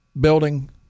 building